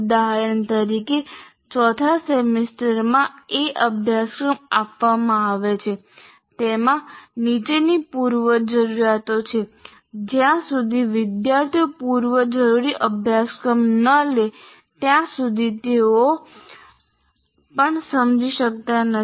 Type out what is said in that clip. ઉદાહરણ તરીકે ચોથા સેમેસ્ટરમાં A અભ્યાસક્રમ આપવામાં આવે છે તેમાં નીચેની પૂર્વજરૂરીયાતો છે જ્યાં સુધી વિદ્યાર્થીઓ પૂર્વજરૂરી અભ્યાસક્રમ ન લે ત્યાં સુધી તેઓ આ અભ્યાસક્રમ A પણ સમજી શકતા નથી